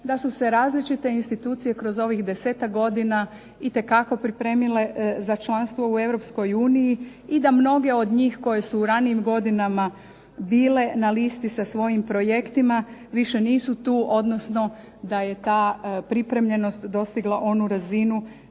da su se različite institucije kroz ovih 10-ak godina itekako pripremile za članstvo u Europskoj uniji i da mnoge od njih koje su u ranijim godinama bile na listi sa svojim projektima, više nisu tu, odnosno da je ta pripremljenost dostigla onu razinu